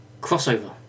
Crossover